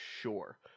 sure